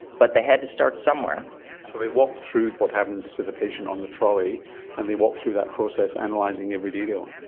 but they had to start somewhere. so they walked through what happens to the patient on the trolley and they walked through that process analysing every detail.